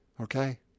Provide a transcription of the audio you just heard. okay